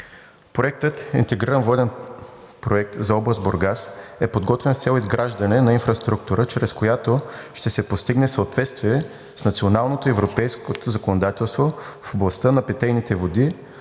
Проектът „Интегриран воден проект за област Бургас“ е подготвен с цел изграждане на инфраструктура, чрез която ще се постигне съответствие с националното и европейското законодателство в областта на питейните води,